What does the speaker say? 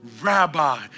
Rabbi